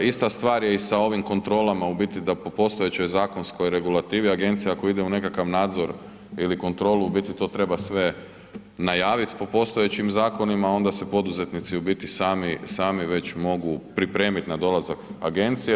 Ista stvar je i sa ovim kontrolama u biti da po postojećoj zakonskoj regulativi agencija ako ide u nekakav nadzor ili kontrolu u biti to treba sve najaviti po postojećim zakonima, a onda se poduzetnici sami već mogu pripremiti na dolazak agencije.